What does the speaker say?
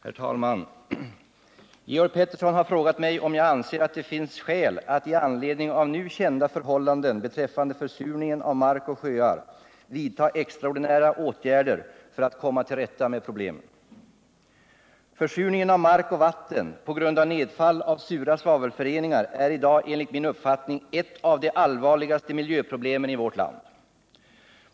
Herr talman! Georg Pettersson har frågat mig om jag anser att det finns skäl att i anledning av nu kända förhållanden beträffande försurningen av mark och sjöar vidtaga extraordinära åtgärder för att komma till rätta med problemen. Försurningen av mark och vatten på grund av nedfall av sura svavelföreningar är i dag enligt min uppfattning ett av de allvarligaste miljöproblemen i vårt land.